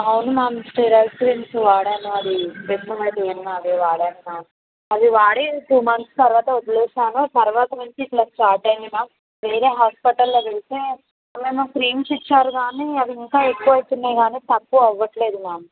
అవును ma'am steroids creams వాడాను Betnovate అది వాడాను మ్యామ్ అది వాడి టూ మంత్స్ తరువాత వదిలేసాను తరువాత నుంచి ఇట్లా స్టార్ట్ అయినాయి మ్యామ్ వేరే హాస్పిటల్లో వెళ్తే ఏమో క్రీమ్స్ ఇచ్చారు కానీ అవి ఇంకా ఎక్కువ అవుతున్నాయి కానీ తక్కువ అవ్వట్లేదు మ్యామ్